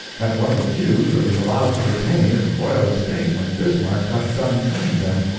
and one of the few that was allowed to retain its royal estate when bismarck got done trimming them.